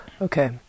Okay